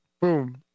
Boom